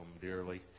dearly